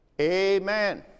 Amen